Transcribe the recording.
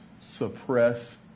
suppress